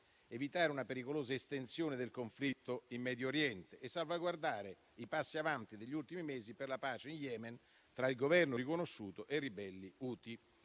evitare una pericolosa estensione del conflitto in Medio Oriente e salvaguardare i passi avanti degli ultimi mesi per la pace in Yemen tra il Governo riconosciuto e i ribelli Houthi.